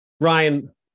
Ryan